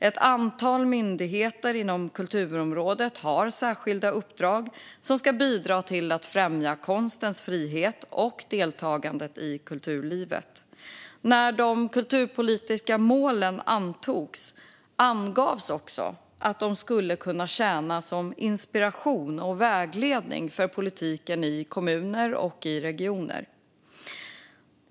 Ett antal myndigheter inom kulturområdet har särskilda uppdrag som ska bidra till att främja konstens frihet och deltagandet i kulturlivet. När de kulturpolitiska målen antogs angavs också att de ska kunna tjäna som inspiration och vägledning för politiken i kommuner och regioner.